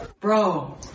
bro